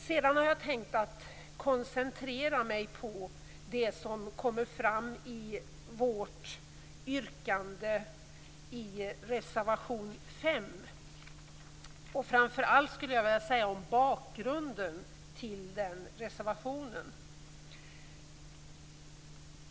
Sedan har jag tänkt koncentrera mig på det som kommer fram i vårt yrkande i reservation 5, framför allt på bakgrunden till den reservationen.